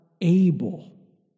able